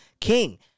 king